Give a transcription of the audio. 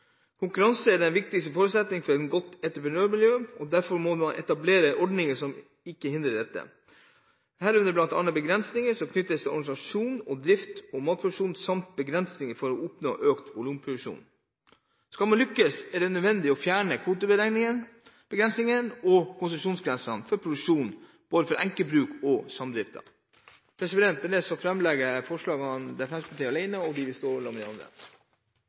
Konkurranse er den viktigste forutsetningen for et godt entreprenørmiljø, og derfor må de etablerte ordningene som hindrer dette, avvikles, herunder bl.a. begrensninger knyttet til organisering og drift av matproduksjonen samt begrensninger for å oppnå økt volumproduksjon. Skal man lykkes, er det nødvendig å fjerne kvotebegrensninger og konsesjonsgrenser for produksjon for både enkeltbruk og samdrifter. Jeg vil ta opp forslagene som Fremskrittspartiet – alene eller sammen med Høyre – har i innstillingen. Representanten Torgeir Trældal har tatt opp de